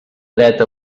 dret